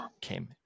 came